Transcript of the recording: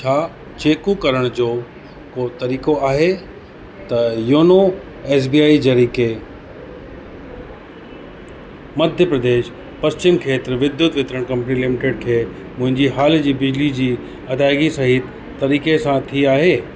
छा चैकु करण जो को तरीक़ो आहे त योनो एस बी आई ज़रिए के मध्य प्रदेश पश्चिम खेत्र विद्युत वितरण कंपनी लिमिटेड खे मुंहिंजी हाल जी बिजली जी अदाइगी सही तरीक़े सां थी आहे